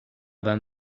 than